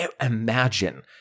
Imagine